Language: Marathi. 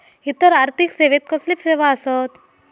इतर आर्थिक सेवेत कसले सेवा आसत?